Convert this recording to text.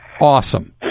awesome